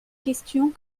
questions